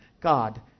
God